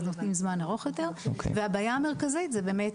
אז נותנים זמן ארוך יותר והבעיה המרכזית זה באמת